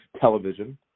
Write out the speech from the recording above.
television